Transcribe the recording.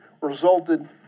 resulted